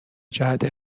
جهت